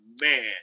man